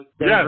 Yes